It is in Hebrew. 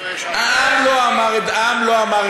העם לא אמר את דברו.